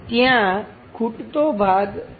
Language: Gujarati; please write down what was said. એ જ રીતે તે ત્યાં જાય છે તે બધી રીતે ત્યાં આવે છે